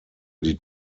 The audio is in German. die